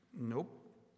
Nope